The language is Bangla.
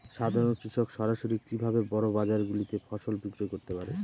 সাধারন কৃষক সরাসরি কি ভাবে বড় বাজার গুলিতে ফসল বিক্রয় করতে পারে?